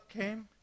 came